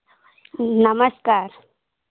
नमस्कार